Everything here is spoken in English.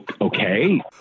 okay